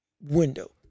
window